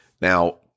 now